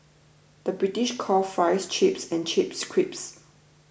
the British calls Fries Chips and Chips Crisps